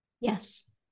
yes